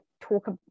talk